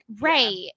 Right